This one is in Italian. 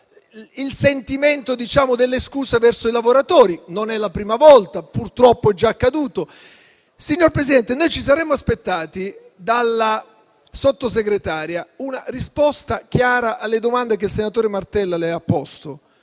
il sentimento delle scuse verso i lavoratori. Non è la prima volta, purtroppo è già accaduto. Signor Presidente, ci saremo aspettati dalla Sottosegretaria una risposta chiara alle domande che il senatore Martella le ha posto;